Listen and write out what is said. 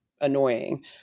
annoying